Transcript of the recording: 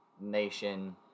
nation